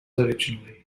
originally